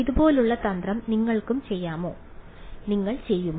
ഇതുപോലെയുള്ള തന്ത്രം നിങ്ങളും ചെയ്യുമോ